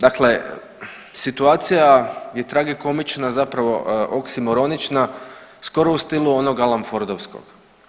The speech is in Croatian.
Dakle, situacija je tragikomična zapravo oksimoronična, skoro u stilu onog alanfordovskog.